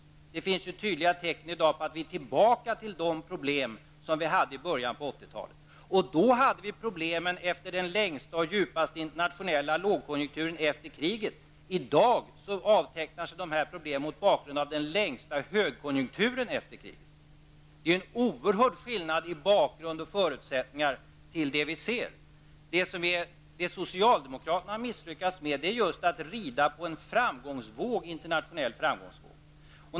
Det finns ju tydliga tecken i dag på att vi är tillbaka i de problem som vi hade i början av 80 talet. Men då hade vi problem efter den längsta och djupaste internationella lågkonjunkturen efter kriget. I dag avtecknar sig problemen mot bakgrund av den längsta högkonjunkturen efter kriget. Det är alltså en oerhört stor skillnad i fråga om bakgrunden till och förutsättningarna för vad vi nu ser. Det som socialdemokraterna har misslyckats med är just detta med att rida på en internationell framgångsvåg.